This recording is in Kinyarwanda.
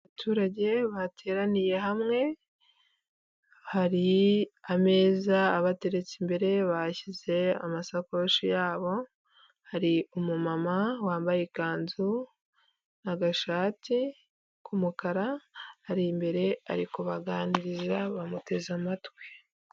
Abaturage bateraniye hamwe, hari ameza abateretse imbere bashyize amasakoshi yabo, hari umumama wambaye ikanzu n'agashati k'umukara, ari imbere ari kubaganiriza bamuteze amatwi.